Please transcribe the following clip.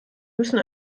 müssen